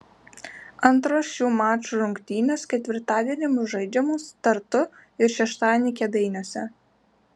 antros šių mačų rungtynės ketvirtadienį bus žaidžiamos tartu ir šeštadienį kėdainiuose